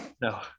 No